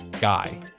guy